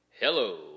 Hello